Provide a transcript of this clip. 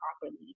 properly